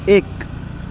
এক